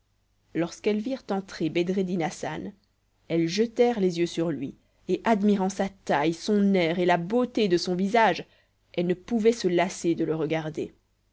lorsqu'elles virent entrer bedreddin hassan elles jetèrent les yeux sur lui et admirant sa taille son air et la beauté de son visage elles ne pouvaient se lasser de le regarder